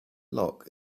lock